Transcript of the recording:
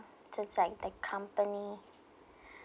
just like the company